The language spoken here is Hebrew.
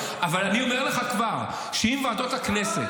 אבל אני אומר לך כבר שאם ועדות הכנסת